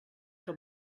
que